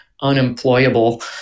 unemployable